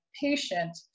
patient